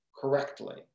correctly